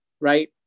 right